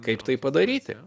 kaip tai padaryti